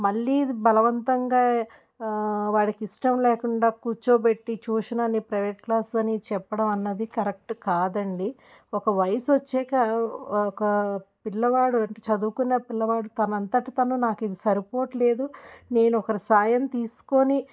మళ్ళీ ఇది బలవంతంగా వాడికి ఇష్టం లేకుండా కూర్చోబెట్టి ట్యూషనని ప్రైవేట్ క్లాసని చెప్పడం అన్నది కరెక్ట్ కాదండి ఒక వయసు వచ్చేక ఒకా పిల్లవాడు అంటే చదువుకున్న పిల్లవాడు తనంతట తను ఇది సరిపోవట్లేదు నేను ఒకరి సాయం తీసుకోని